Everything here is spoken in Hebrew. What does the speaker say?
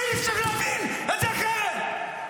ואי-אפשר להבין את זה אחרת.